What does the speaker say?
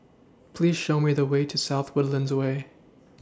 Please Show Me The Way to South Woodlands Way